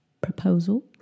Proposal